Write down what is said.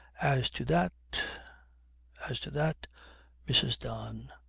as to that as to that mrs. don.